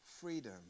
freedom